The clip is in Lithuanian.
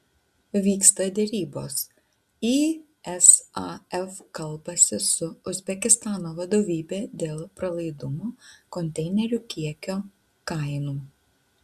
vyksta derybos isaf kalbasi su uzbekistano vadovybe dėl pralaidumo konteinerių kiekio kainų